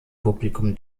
publikum